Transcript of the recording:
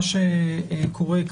מה שקורה,